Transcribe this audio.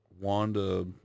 Wanda